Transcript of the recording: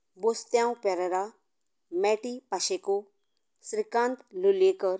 Bostiao Pereira Matty Pacheco Shrikant Lolayekar